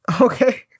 Okay